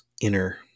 inner